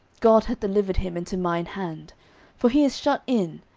god hath delivered him into mine hand for he is shut in,